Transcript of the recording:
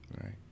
Right